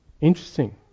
Interesting